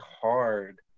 hard